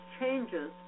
changes